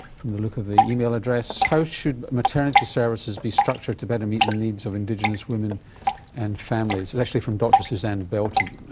from the look of the email address how should maternity services be structured to better meet the needs of indigenous women and families this is actually from dr suzanne belton